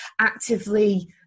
actively